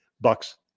Bucks